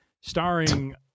starring